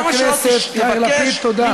חבר הכנסת יאיר לפיד, תודה.